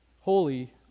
holy